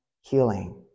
healing